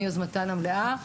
זה היה מיוזמתן המלאה.